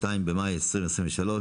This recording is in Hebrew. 2 במאי 2023,